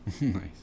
Nice